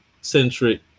centric